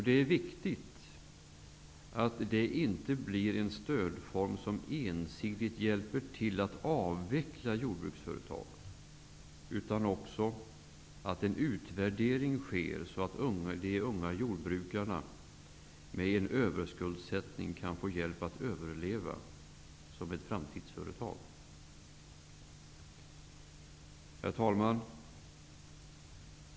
Det är viktigt att det blir ett stöd som inte ensidigt hjälper till att avveckla jordbruksföretag, och att det görs en utvärdering i syfte att hjälpa unga överskuldsatta jordbrukare att överleva och inrätta sina företag för framtiden. Herr talman!